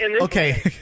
Okay